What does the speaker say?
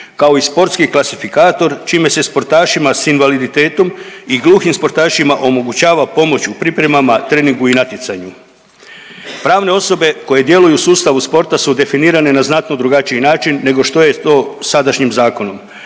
kao i sportski klasifikator čime se sportašima s invaliditetom i gluhim sportašima omogućava pomoć u pripremama, treningu i natjecanju. Pravne osobe koje djeluju u sustavu sporta su definirane na znatno drugačiji način nego što je to sadašnjim zakonom